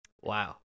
Wow